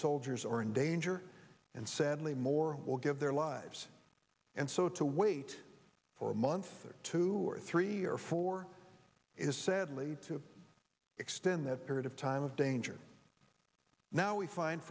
soldiers are in danger and sadly more will give their lives and so to wait for a month or two or three or four is sadly to extend that period of time of danger now we find